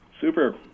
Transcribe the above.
Super